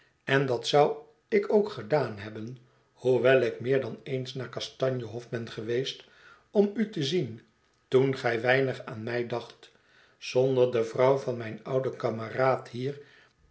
en dat zou ik ook gedaan hebben hoewel ik meer dan eens naar kastanjé hof ben geweest om u te zien toen gij weinig aan mij dacht zonder de vrouw van mijn ouden kameraad hier